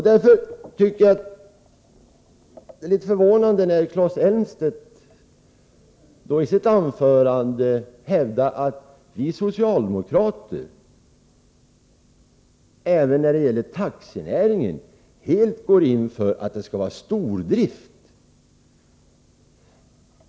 Det är en smula förvånande när Claes Elmstedt i sitt anförande hävdar att vi socialdemokrater även när det gäller taxinäringen helt går in för att det skall vara stordrift.